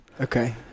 Okay